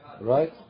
Right